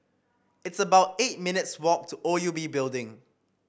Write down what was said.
it's about eight minutes' walk to O U B Building